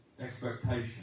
expectation